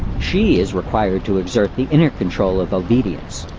she is required to exert the inner control of obedience.